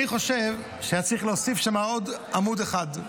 אני חושב שהיה צריך להוסיף שם עוד עמוד אחד,